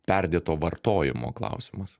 perdėto vartojimo klausimas